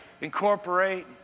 incorporate